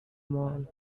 mall